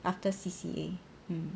after C_C_A um